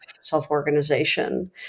self-organization